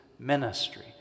ministry